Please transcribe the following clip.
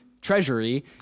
treasury